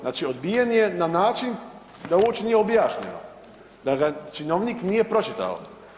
Znači, odbijen je na način da uopće nije objašnjeno, da ga činovnik nije pročitao.